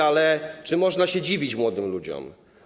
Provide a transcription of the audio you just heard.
Ale czy można się dziwić młodym ludziom?